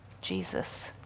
Jesus